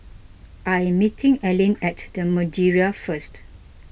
I am meeting Allyn at the Madeira first